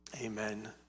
Amen